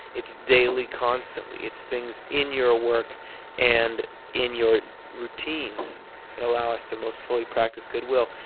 it's daily, constantly. it's things in your work and in your routines that allow us to most fully practice goodwill.